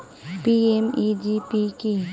PMEGP কি?